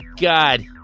God